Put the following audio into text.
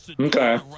Okay